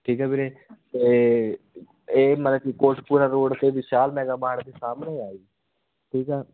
ਠੀਕ ਆ ਵੀਰੇ ਅਤੇ ਇਹ ਮਤਲਬ ਕਿ ਕੋਟਕਪੁਰਾ ਰੋਡ 'ਤੇ ਵਿਸ਼ਾਲ ਮੈਗਾ ਮਾਰਟ ਦੇ ਸਾਹਮਣੇ ਹੈ ਜੀ ਠੀਕ ਆ